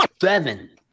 Seven